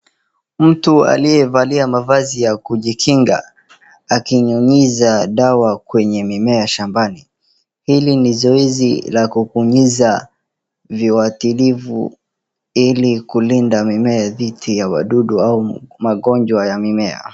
Mtu aliyevalia mavazi ya kujikinga akinyunyiza dawa kwenye mimea shambani, hili ni zoezi la kupuliza viwakilivu ili kulinda mimea dhidi ya wadudu au magonjwa ya mimea.